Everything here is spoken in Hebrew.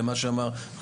למה שאמר,